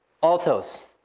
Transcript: Altos